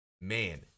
man